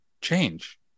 change